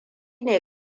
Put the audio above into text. ne